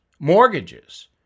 mortgages